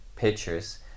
pictures